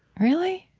really?